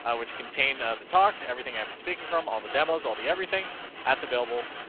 ah which contain ah the talk everything? i've been speaking from all the demos all the everything that's available.